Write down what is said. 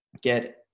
get